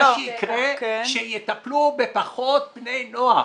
שיטפלו בפחות בני נוער.